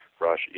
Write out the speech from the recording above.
Rush